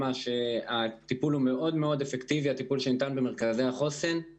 שהטיפול שניתן במרכזי החוסן מאוד-מאוד אפקטיבי.